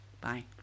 bye